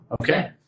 Okay